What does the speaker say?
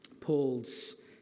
Paul's